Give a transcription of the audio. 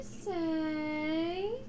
say